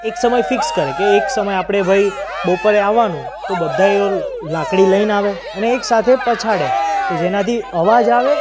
એક સમય ફિક્સ કરે કે એક સમય આપણે ભાઈ બપોરે આવવાનું તો બધા એ લાકડી લઈને આવે અને એક સાથે પછાડે તો જેનાથી અવાજ આવે